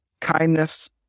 kindness